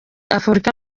afurika